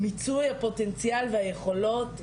ולמיצוי הפוטנציאל והיכולות,